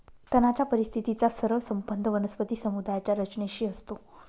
तणाच्या परिस्थितीचा सरळ संबंध वनस्पती समुदायाच्या रचनेशी असतो